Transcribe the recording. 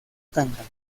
cantan